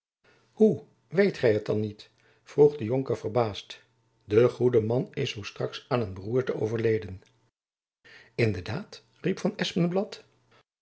hoe weet gy het dan niet vroeg de jonker verbaasd de goede man is zoo straks aan een beroerte overleden in de daad riep van